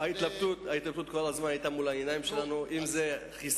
ההתלבטות הזאת היתה לנגד עינינו,